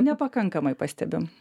nepakankamai pastebim